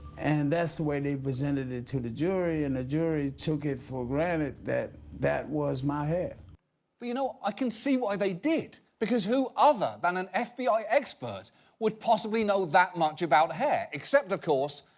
and that's the way they presented it to the jury and the jury took it for granted that, that was my hair. but you know, i can see, why they did. because who other than an fbi expert would possibly know that much about hair? except of course,